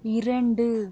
இரண்டு